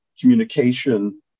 communication